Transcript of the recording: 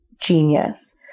genius